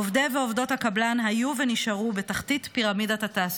עובדי ועובדות הקבלן היו ונשארו בתחתית פירמידת התעסוקה.